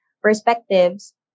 perspectives